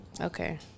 Okay